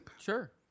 Sure